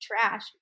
trash